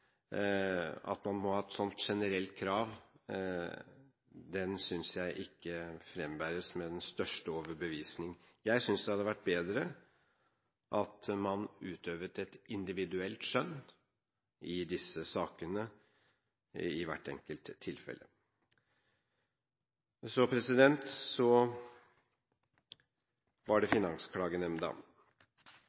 at man må ha et slikt generelt krav, frembæres med den største overbevisning. Jeg synes det hadde vært bedre at man utøvde et individuelt skjønn i hvert enkelt tilfelle i disse sakene. Så til Finansklagenemnda: Vi fremmet i fjor et forslag om betydelige endringer i det